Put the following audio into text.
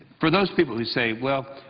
for those people who say well,